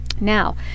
Now